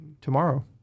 tomorrow